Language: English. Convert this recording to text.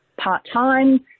part-time